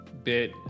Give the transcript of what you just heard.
bit